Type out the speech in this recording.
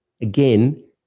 Again